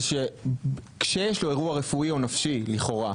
זה שבקשת שיש לו אירוע רפואי או נפשי לכאורה,